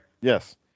yes